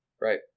right